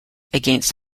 against